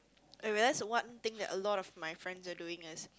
I realise one thing that a lot of my friends are doing is